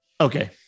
okay